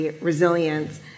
resilience